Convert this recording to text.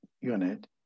unit